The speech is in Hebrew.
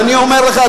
אני אומר לך,